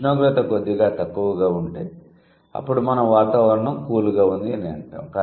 ఉష్ణోగ్రత కొద్దిగా తక్కువగా ఉంటే అప్పుడు మనం వాతావరణం 'కూల్' గా ఉంది అని అంటాం